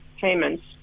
payments